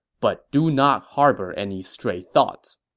but do not harbor any stray thoughts.